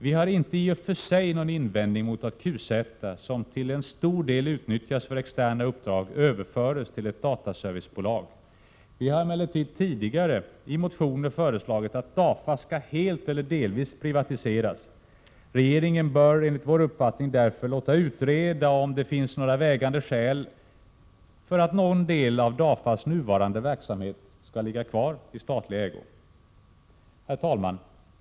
Vi har inte i och för sig någon invändning mot att QZ, som till en stor del utnyttjas för externa uppdrag, överförs till ett dataservicebolag. Vi har emellertid tidigare i motioner föreslagit att DAFA helt eller delvis skall privatiseras. Regeringen bör enligt vår uppfattning låta utreda om det finns några vägande skäl för att någon del av DAFA:s nuvarande verksamhet skall ligga kvar i statlig ägo. Herr talman!